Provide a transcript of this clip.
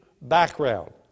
background